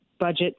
budget